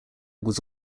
was